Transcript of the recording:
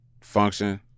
function